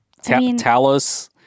Talos